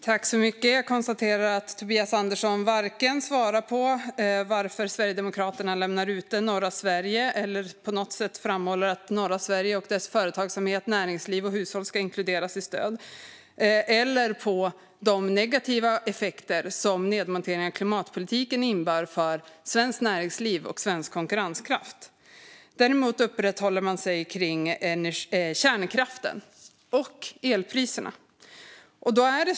Fru talman! Jag konstaterar att Tobias Andersson inte svarade på varför Sverigedemokraterna utelämnar norra Sverige och inte på något sätt framhåller att norra Sverige och dess företagsamhet, näringsliv och hushåll ska inkluderas i stöd. Han svarade inte heller på frågan om de negativa effekter som nedmonteringen av klimatpolitiken innebär för svenskt näringsliv och svensk konkurrenskraft. Däremot uppehöll han sig runt kärnkraften och elpriserna.